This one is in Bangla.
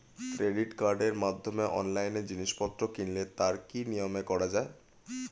ক্রেডিট কার্ডের মাধ্যমে অনলাইনে জিনিসপত্র কিনলে তার কি নিয়মে করা যায়?